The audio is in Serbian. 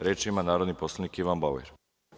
Reč ima narodni poslanik Ivan Bauer.